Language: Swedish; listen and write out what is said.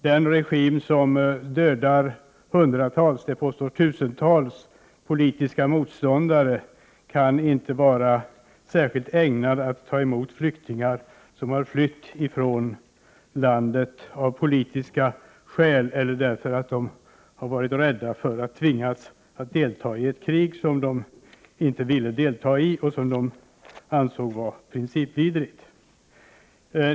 Den regim som dödar hundratals, ja tusentals politiska motståndare kan inte vara särskilt ägnad att ta emot flyktingar som lämnat sitt land av politiska skäl eller därför att de har varit rädda för att tvingas delta i ett krig som de inte vill delta i och som de anser vara principvidrigt.